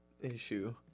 issue